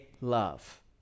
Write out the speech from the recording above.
love